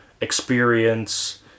experience